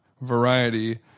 variety